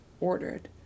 ordered